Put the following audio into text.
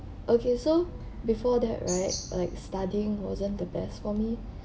okay so before that right like studying wasn't the best for me